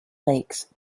lakes